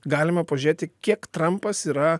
galima pažiūrėti kiek trampas yra